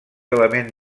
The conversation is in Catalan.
element